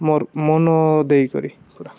ମୋର ମନ ଦେଇକରି ପୁରା